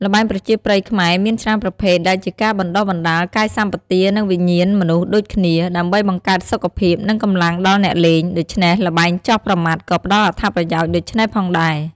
ល្បែងប្រជាប្រិយខ្មែរមានច្រើនប្រភេទ ដែលជាការបណ្ដុះបណ្ដាលកាយសម្បទា និងវិញ្ញាណមនុស្សដូចគ្នា ដើម្បីបង្កើតសុខភាព និងកម្លាំងដល់អ្នកលេង ដូច្នេះល្បែងចោះប្រមាត់ក៏ផ្តល់អត្ថប្រយោជន៍ដូច្នេះផងដែរ។